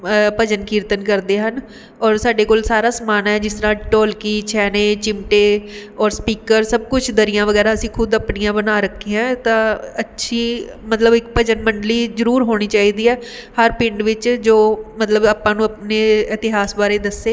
ਭਜਨ ਕੀਰਤਨ ਕਰਦੇ ਹਨ ਔਰ ਸਾਡੇ ਕੋਲ ਸਾਰਾ ਸਮਾਨ ਹੈ ਜਿਸ ਤਰ੍ਹਾਂ ਢੋਲਕੀ ਛੈਣੇ ਚਿਮਟੇ ਔਰ ਸਪੀਕਰ ਸਭ ਕੁਛ ਦਰੀਆਂ ਵਗੈਰਾ ਅਸੀਂ ਖੁਦ ਆਪਣੀਆਂ ਬਣਾ ਰੱਖੀਆਂ ਤਾਂ ਅੱਛੀ ਮਤਲਬ ਇੱਕ ਭਜਨ ਮੰਡਲੀ ਜ਼ਰੂਰ ਹੋਣੀ ਚਾਹੀਦੀ ਹੈ ਹਰ ਪਿੰਡ ਵਿੱਚ ਜੋ ਮਤਲਬ ਆਪਾਂ ਨੂੰ ਆਪਣੇ ਇਤਿਹਾਸ ਬਾਰੇ ਦੱਸੇ